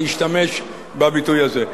להשתמש בביטוי הזה.